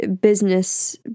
business